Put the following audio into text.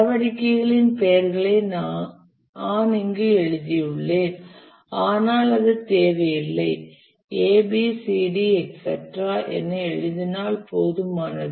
நடவடிக்கைகளின் பெயர்களையும் நான் இங்கு எழுதியுள்ளேன் ஆனால் அது தேவையில்லை A B C D etc என எழுதினால் போதுமானது